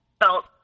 felt